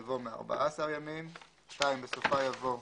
יבוא "מארבעה עשר ימים"; (2) בסופה יבוא: